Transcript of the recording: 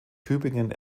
tübingen